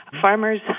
Farmers